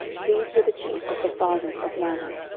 these were the chief of the fathers of laadan.